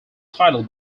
title